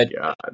God